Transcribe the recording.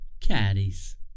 caddies